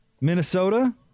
Minnesota